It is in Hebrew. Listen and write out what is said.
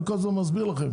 אני כל הזמן מסביר לכם,